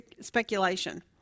speculation